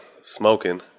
smoking